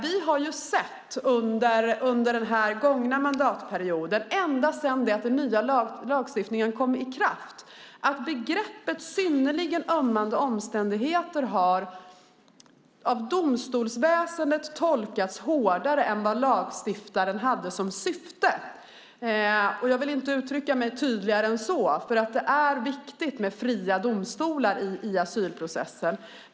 Vi har under den gångna mandatperioden sett ända sedan den nya lagstiftningen trädde i kraft att begreppet "synnerligen ömmande omständigheter" har av domstolsväsendet tolkats hårdare än vad lagstiftaren hade som syfte. Jag vill inte uttrycka mig tydligare än så. Det är viktigt med fria domstolar i asylprocessen.